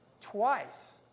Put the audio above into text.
twice